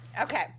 Okay